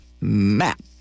map